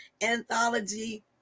anthology